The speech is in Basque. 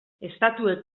estatuek